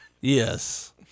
Yes